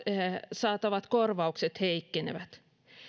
saatavat korvaukset heikkenevät ja